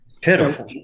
pitiful